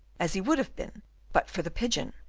as he would have been but for the pigeon,